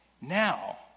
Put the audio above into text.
Now